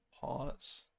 pause